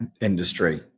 industry